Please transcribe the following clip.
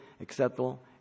acceptable